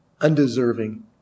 undeserving